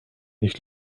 nicht